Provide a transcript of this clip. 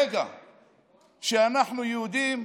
ברגע שאנחנו יהודים,